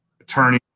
attorney